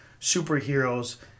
superheroes